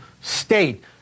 state